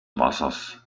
wassers